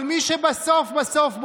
אבל מי שבסוף בסוף,